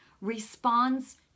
responds